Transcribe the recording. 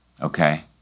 Okay